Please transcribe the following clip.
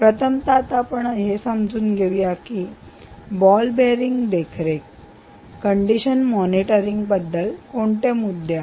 प्रथमता आता आपण हे समजून घेऊया की बॉल बेअरिंग देखरेख मॉनिटरिंग monitoring कंडिशन मॉनिटरिंग बद्दल कोणते मुद्दे आहेत